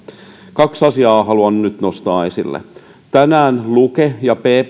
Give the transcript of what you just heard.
kaksi asiaa haluan nyt nostaa esille tänään luke ja